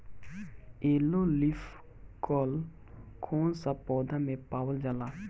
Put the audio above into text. Yellow leaf curl कौन सा पौधा में पावल जाला?